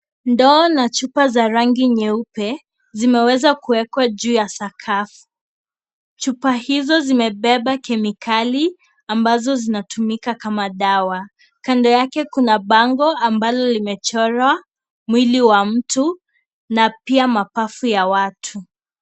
Ndoo na chupa za rangi nyeupe zimeweza kuwekwa juu ya sakafu, chupa hizo zimebeba kemikali ambazo zinatumika kama dawa. Kando yake kuna bango ambalo limechorwa mwili wa mtu na pia mapafu ya watu.